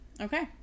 Okay